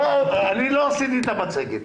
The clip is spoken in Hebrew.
אני לא הכנתי את המצגת.